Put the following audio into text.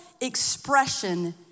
expression